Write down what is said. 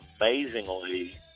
amazingly